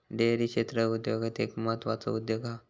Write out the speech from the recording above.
dairy क्षेत्र उद्योगांत एक म्हत्त्वाचो उद्योग हा